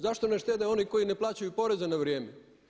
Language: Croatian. Zašto ne štede oni koji ne plaćaju poreze na vrijeme?